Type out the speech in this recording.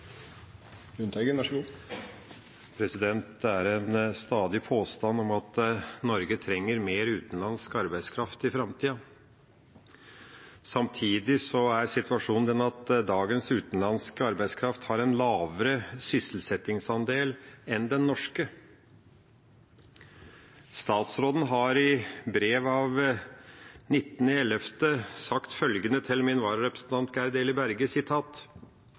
en stadig påstand om at Norge trenger mer utenlandsk arbeidskraft i framtida. Samtidig er situasjonen den at dagens utenlandske arbeidskraft har en lavere sysselsettingsandel enn den norske. Statsråden har i brev av 19. november sagt følgende til min vararepresentant Gerd Eli Berge: